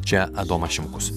čia adomas šimkus